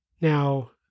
now